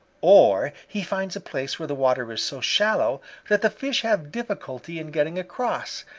or he finds a place where the water is so shallow that the fish have difficulty in getting across,